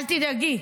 אל תדאגי.